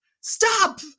stop